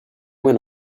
went